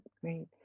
great